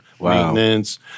maintenance